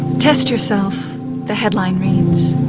test yourself the headline reads,